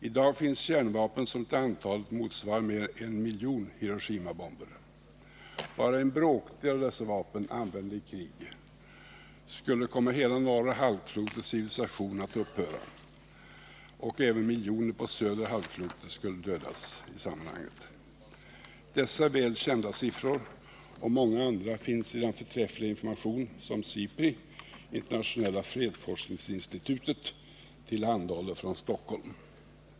I dag finns kärnvapen som till antalet motsvarar mer än en miljon Hiroshimabomber. Bara en bråkdel av dessa vapen skulle — använda i krig — komma hela norra halvklotets civilisation att upphöra att existera. Och även på södra halvklotet skulle miljontals människor dödas av nedfallet i samband därmed. Dessa väl kända siffror — och många andra — finns i den förträffliga information som SIPRI tillhandahåller från Stockholm.